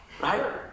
Right